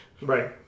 Right